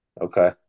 Okay